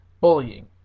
bullying